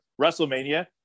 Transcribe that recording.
WrestleMania